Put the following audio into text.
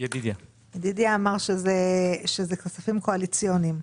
אמר שזה כספים קואליציוניים.